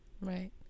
right